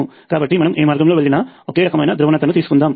కాబట్టి మనం ఏ మార్గంలో వెళ్ళినా ఒకే రకమైన ధ్రువణతను తీసుకుందాము